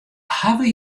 hawwe